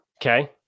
Okay